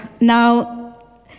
Now